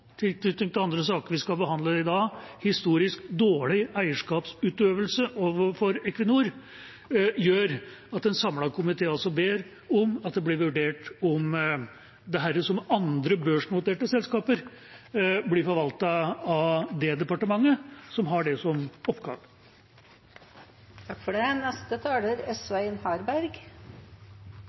tilknytning til andre saker vi skal behandle i dag, om en historisk dårlig eierskapsutøvelse overfor Equinor, gjør at en samlet komité ber om at det blir vurdert om dette, som andre børsnoterte selskaper, blir forvaltet av det departementet som har det som oppgave. Takk til saksordføreren for